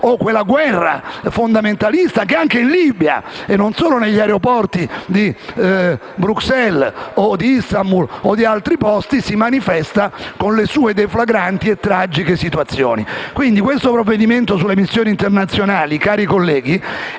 o quella guerra fondamentalista che anche in Libia, e non solo negli aeroporti di Bruxelles, di Istanbul o di altri luoghi, si manifesta con le sue deflagranti e tragiche situazioni. Questo provvedimento sulle missioni internazionali, quindi, cari colleghi,